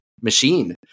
machine